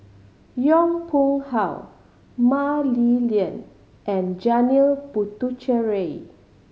Yong Pung How Mah Li Lian and Janil Puthucheary